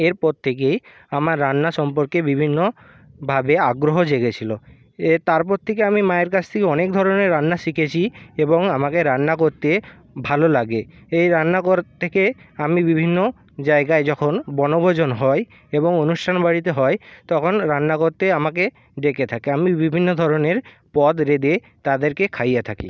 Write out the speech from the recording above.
এরপর থেকে আমার রান্না সম্পর্কে বিভিন্নভাবে আগ্রহ জেগেছিল এর তারপর থেকে আমি মায়ের কাছ থেকে অনেক ধরনের রান্না শিখেছি এবং আমাকে রান্না করতে ভালো লাগে এই রান্নাঘর থেকে আমি বিভিন্ন জায়গায় যখন বনভোজন হয় এবং অনুষ্ঠান বাড়িতে হয় তখন রান্না করতে আমাকে ডেকে থাকে আমি বিভিন্ন ধরনের পদ রেঁধে তাদেরকে খাইয়ে থাকি